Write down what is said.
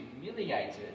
humiliated